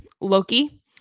Loki